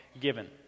given